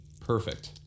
Perfect